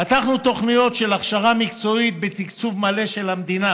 פתחנו תוכניות של הכשרה מקצועית בתקצוב מלא של המדינה,